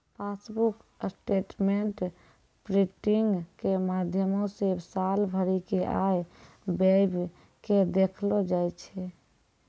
passbook statement printing के माध्यमो से साल भरि के आय व्यय के देखलो जाय छै